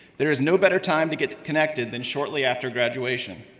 there is no better time to get connected than shortly after graduation.